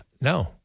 No